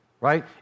right